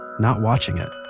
and not watching it.